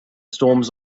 storms